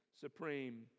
supreme